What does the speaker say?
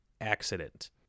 accident